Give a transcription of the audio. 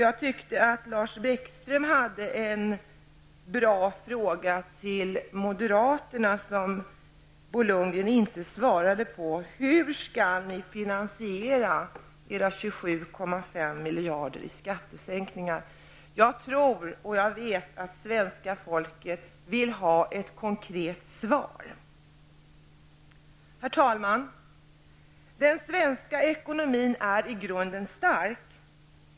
Jag tycker att Lars Bäckström ställde en bra fråga till moderaterna, som dock Bo Lundgren inte svarade på: Hur skall ni finansiera era skattesänkningar om 27,5 miljarder? Jag vet att svenska folket vill ha ett konkret svar på den frågan. Herr talman! Den svenska ekonomin är i grunden stark.